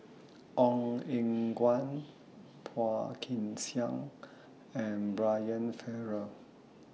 Ong Eng Guan Phua Kin Siang and Brian Farrell